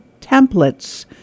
templates